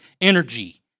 energy